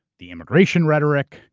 the immigration rhetoric,